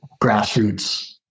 grassroots